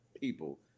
people